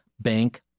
bank